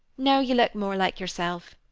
now you look more like yourself,